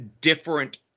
different